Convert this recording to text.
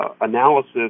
analysis